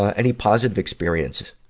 ah any positive experiences,